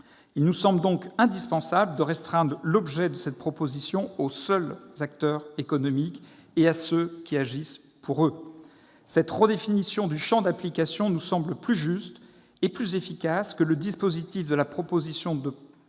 Il nous semble donc indispensable de restreindre l'objet de cette proposition de loi aux seuls acteurs économiques et à ceux qui agissent pour eux. Cette redéfinition du champ d'application nous semble plus juste et plus efficace que le dispositif de la présente